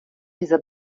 dieser